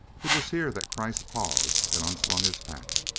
it was here that kreiss paused and unslung his pack.